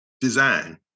design